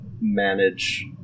manage